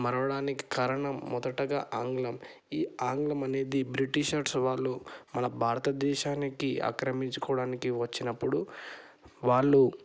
మరవడానికి కారణం మొదటగా ఆంగ్లము ఈ ఆంగ్లము అనేది బ్రిటీషర్స్ వాళ్ళు మన భారతదేశానికి ఆక్రమించుకోవడానికి వచ్చినప్పుడు వాళ్ళు